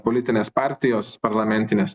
politinės partijos parlamentinės